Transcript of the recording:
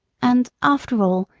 and after all,